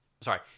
sorry